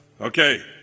Okay